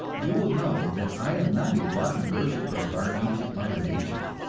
you will know that i am not a blind worshipper of our ancient mother nature.